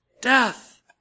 Death